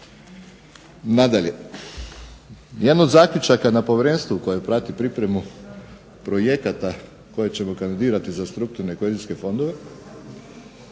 Nadalje, jedan od zaključaka na povjerenstvu koje prati pripremu projekata koje ćemo kandidirati za strukturne i kohezijske fondove